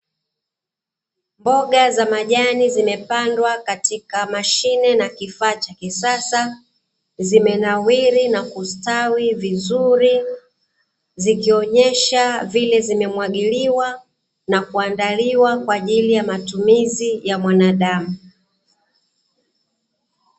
Mboga za majani zimepandwa katika mashine na kifaa cha kisasa, zimenawiri na kustawi vizuri zikionyesha vile zimemwagiliwa na kuandaliwa kwa ajili ya matumizi ya mwanadamu.